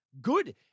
good